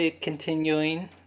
continuing